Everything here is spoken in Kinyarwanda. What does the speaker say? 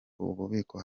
bubiko